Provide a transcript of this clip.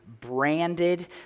branded